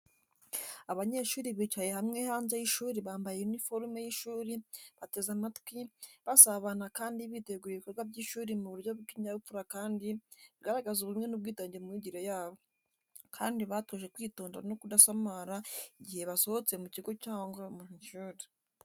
Abanyeshuri bicaye hamwe hanze y’ishuri bambaye uniforme y’ishuri, bateze amatwi, basabana kandi bitegura ibikorwa by’ishuri mu buryo bw’ikinyabupfura kandi bigaragaza ubumwe n’ubwitange mu myigire yabo, kandi batojwe kwitonda no kudasamara igihe basohotse mu kigo cyangwa mu ishuri.